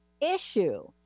issue